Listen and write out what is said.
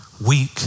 Weak